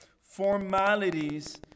formalities